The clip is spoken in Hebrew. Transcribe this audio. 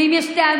ואם יש טענות,